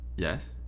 Yes